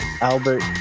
albert